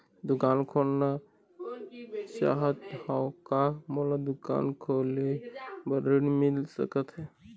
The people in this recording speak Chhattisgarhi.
दुकान खोलना चाहत हाव, का मोला दुकान खोले बर ऋण मिल सकत हे?